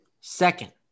Second